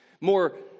more